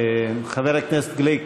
חבר הכנסת גליק,